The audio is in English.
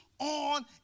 on